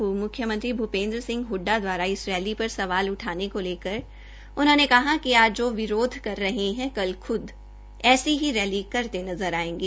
पूर्व मुख्यमंत्री भूपेंद्र सिंह हड्डा द्वारा इस रैली पर सवाल उठाने को लेकर कहा कि आज जो विरोध कर रहे हैं कल ख्द ऐसी ही रैली करते नज़र आएंगे